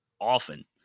often